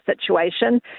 situation